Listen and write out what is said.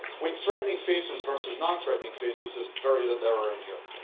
with threatening faces versus non-threatening faces, there's very little error in here.